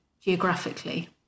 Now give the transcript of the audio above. geographically